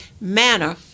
manner